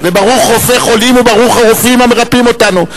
וברוך רופאי חולים וברוך הרופאים שמרפאים אותנו.